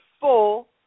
full